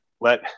let